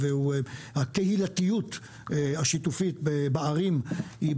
הקהילתיות השיתופית בערים היא,